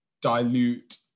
dilute